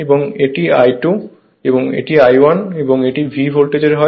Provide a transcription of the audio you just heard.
এবং এটি I2 এবং এটি I1 এবং এটি V ভোল্টেজ হয়